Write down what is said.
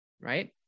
Right